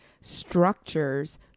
structures